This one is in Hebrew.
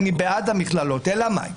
אלא מאי?